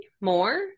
more